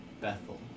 Bethel